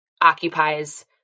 occupies